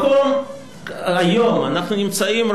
היום אנחנו נמצאים,